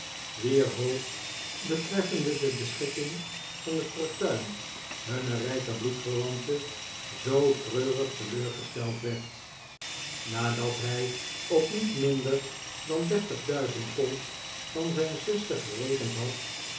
wier hoop betreffende de beschikking van het fortuin hunner rijke bloedverwante zoo treurig teleurgesteld werd nadat hij op niet minder dan p p dertig duizend pond van zijn zuster gerekend had